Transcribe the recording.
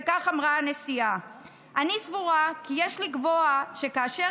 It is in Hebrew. וכך אמרה הנשיאה: "אני סבורה כי יש לקבוע שכאשר